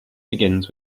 begins